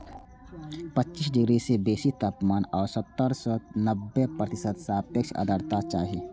पच्चीस डिग्री सं बेसी तापमान आ सत्तर सं नब्बे प्रतिशत सापेक्ष आर्द्रता चाही